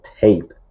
tape